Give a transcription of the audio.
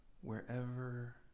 wherever